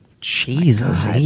Jesus